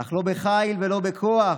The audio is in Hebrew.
אך "לא בחיל ולא בכוח",